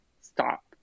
stop